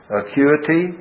acuity